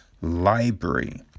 library